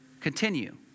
continue